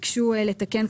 ביקשו לתקן,